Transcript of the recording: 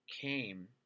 came